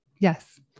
Yes